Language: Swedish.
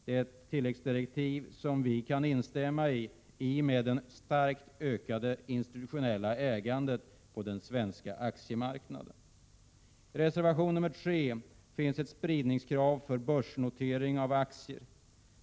Det är ett tilläggsdirektiv som vi kan instämma i med anledning av det starkt ökade institutionella ägandet på den svenska aktiemarknaden. I reservation 3 finns ett spridningskrav för börsnotering av aktier.